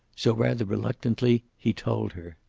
so, rather reluctantly, he told her.